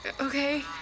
Okay